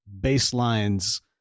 baselines